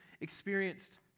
experienced